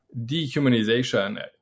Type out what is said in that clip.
dehumanization